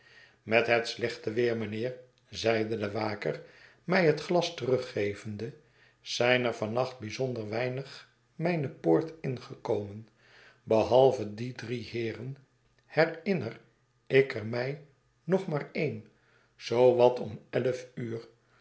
met het slechte weer mynheer zeide de waker mij het glas teruggevende zijn er van nacht bijzonder weinig mijne poort ingekomen behalve die drie heeren herinner ik er mij nog maar een zoo wat om elf uur